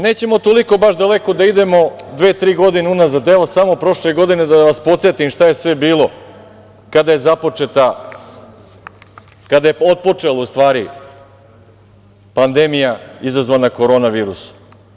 Nećemo toliko baš daleko da idemo, dve, tri godine unazad, evo samo prošle godine, da vas podsetim, šta je sve bilo, kada je započeta, kada je u stvari otpočela pandemija izazvana korona virusom.